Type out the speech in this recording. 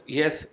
yes